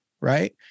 right